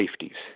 safeties